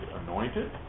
anointed